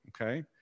okay